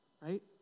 right